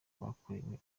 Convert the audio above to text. bakorewe